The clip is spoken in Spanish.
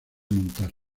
montar